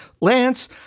Lance